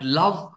love